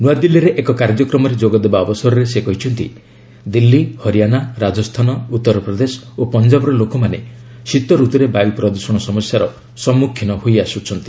ନୂଆଦିଲ୍ଲୀରେ ଏକ କାର୍ଯ୍ୟକ୍ରମରେ ଯୋଗଦେବା ଅବସରରେ ସେ କହିଛନ୍ତି ଦିଲ୍ଲୀ ହରିଆଣା ରାଜସ୍ଥାନ ଉତ୍ତରପ୍ରଦେଶ ଓ ପଞ୍ଜାବର ଲୋକମାନେ ଶୀତ ରତୁରେ ବାୟୁ ପ୍ରଦୂଷଣ ସମସ୍ୟାର ସମ୍ମୁଖୀନ ହୋଇ ଆସୁଛନ୍ତି